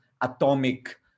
atomic